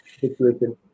situation